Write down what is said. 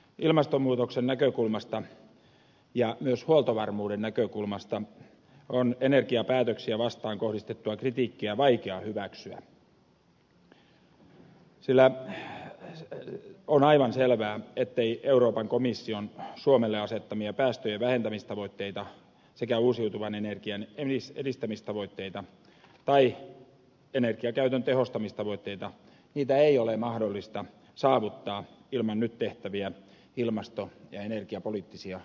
ilmastonmuutoksen näkökulmasta ja myös huoltovarmuuden näkökulmasta on energiapäätöksiä vastaan kohdistettua kritiikkiä vaikea hyväksyä sillä on aivan selvää ettei euroopan komission suomelle asettamia päästöjen vähentämistavoitteita sekä uusiutuvan energian edistämistavoitteita tai energiankäytön tehostamistavoitteita ole mahdollista saavuttaa ilman nyt tehtäviä ilmasto ja energiapoliittisia toimenpiteitä